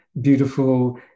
beautiful